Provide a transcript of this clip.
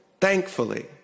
thankfully